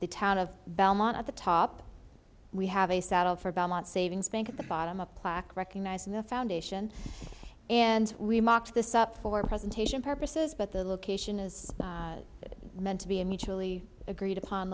the town of belmont at the top we have a saddle for belmont savings bank at the bottom a plaque recognizing the foundation and we mark this up for presentation purposes but the location is meant to be a mutually agreed upon